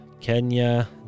Kenya